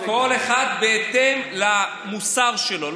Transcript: כל אחד בהתאם לעבודה שלו.